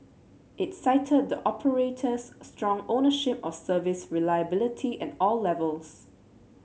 it cited the operator's strong ownership of service reliability at all levels